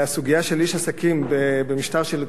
והסוגיה של איש עסקים במשטר של,